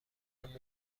مردم